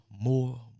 more